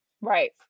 right